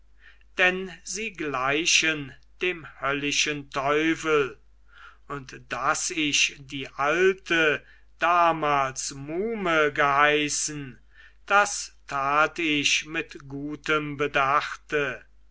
denn sie gleichen dem höllischen teufel und daß ich die alte damals muhme geheißen das tat ich mit gutem bedachte